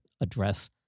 address